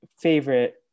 favorite